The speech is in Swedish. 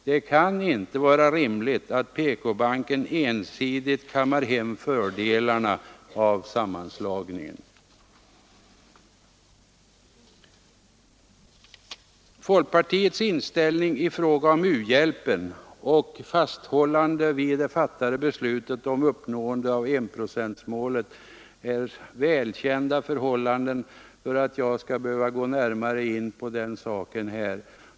Det kan inte vara rimligt att PK-banken ensidigt kammar hem fördelarna av sammanslagningen. Folkpartiets inställning i fråga om u-hjälpen och fasthållandet vid det fattade beslutet om uppnående av enprocentsmålet är alltför välkända förhållanden för att jag skall behöva gå närmare in härpå.